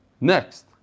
Next